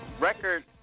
record